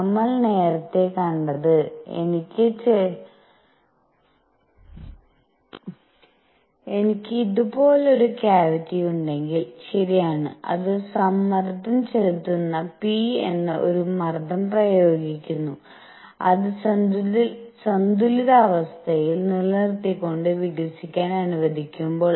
നമ്മൾ നേരത്തെ കണ്ടത് എനിക്ക് ഇതുപോലൊരു ക്യാവിറ്റിയുണ്ടെങ്കിൽ ശരിയാണ് അത് സമ്മർദ്ദം ചെലുത്തുന്ന P എന്ന ഒരു മർദ്ദം പ്രയോഗിക്കുന്നു അത് സന്തുലിതാവസ്ഥയിൽ നിലനിർത്തിക്കൊണ്ട് വികസിക്കാൻ അനുവദിക്കുമ്പോൾ